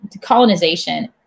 colonization